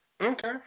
Okay